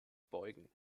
beugen